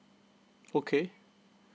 okay